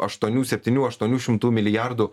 aštuonių septynių aštuonių šimtų milijardų